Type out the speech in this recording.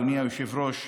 אדוני היושב-ראש,